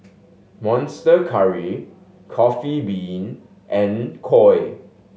Monster Curry Coffee Bean and Koi